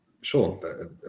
sure